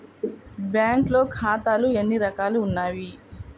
బ్యాంక్లో ఖాతాలు ఎన్ని రకాలు ఉన్నావి?